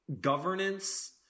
governance